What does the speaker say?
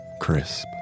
Crisp